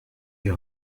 die